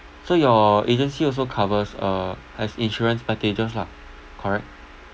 so your agency also covers uh as insurance packages lah correct